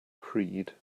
creed